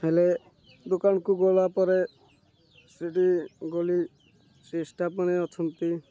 ହେଲେ ଦୋକାନକୁ ଗଲା ପରେ ସେଇଠି ଗଲି ସେଷ୍ଟା ମାନେ ଅଛନ୍ତି